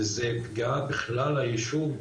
וזה פגיעה בכלל היישוב,